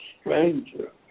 stranger